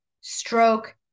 stroke